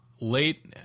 late